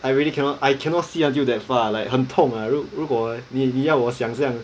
I really cannot I cannot see until that far like 很痛啊如如果你你要我想象